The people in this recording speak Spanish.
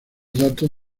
datos